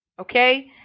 okay